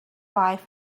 life